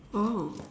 oh